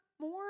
more